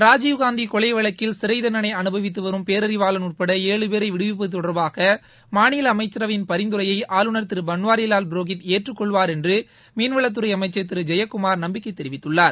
ராஜீவ்காந்தி கொலை வழக்கில் சிறை தண்டனை அனுபவித்து வரும் பேரறிவாளன் உட்பட ஏழு பேரை விடுவிப்பது தொடர்பாக மாநில அமைச்சரவையின் பரிந்துரையை ஆளுநர் திரு பன்வாரிலால் புரோஹித் ஏற்றுக் கொள்வார் என்று மீன்வளத்துறை அமைச்ச் திரு ஜெயக்குமார் நம்பிக்கை தெரிவித்துள்ளார்